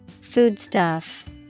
Foodstuff